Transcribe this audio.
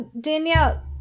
Danielle